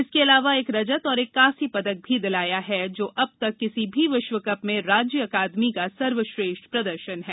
इसके अलावा एक रजत और एक कांस्य पदक भी दिलाया है जो अब तक किसी भी विश्व कप में राज्य अकादमी का सर्वश्रेष्ठ प्रदर्शन है